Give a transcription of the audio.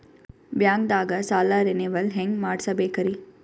ಬ್ಯಾಂಕ್ದಾಗ ಸಾಲ ರೇನೆವಲ್ ಹೆಂಗ್ ಮಾಡ್ಸಬೇಕರಿ?